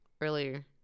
earlier